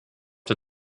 der